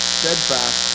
steadfast